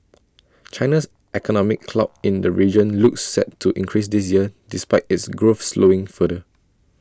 China's economic clout in the region looks set to increase this year despite its growth slowing further